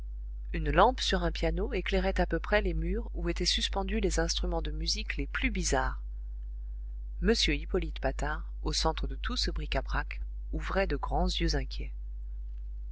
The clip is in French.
une lampe sur un piano éclairait à peu près les murs où étaient suspendus les instruments de musique les plus bizarres m hippolyte patard au centre de tout ce bric-à-brac ouvrait de grands yeux inquiets